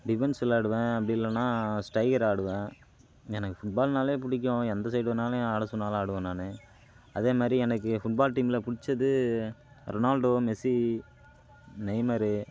tiffins விளாடுவேன் அப்படி இல்லைன்னா ஸ்டைகர் ஆடுவேன் எனக்கு ஃபுட்பால்னாலே பிடிக்கும் எந்த சைடு வேணாலும் ஆட சொன்னாலும் ஆடுவேன் நானு அதேமாரி எனக்கு ஃபுட்பால் டீமில் பிடிச்சது ரொனால்டோவும் மெஸ்ஸி நெய்மரு